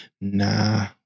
Nah